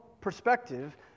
perspective